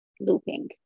looping